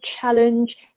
challenge